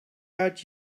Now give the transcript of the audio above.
out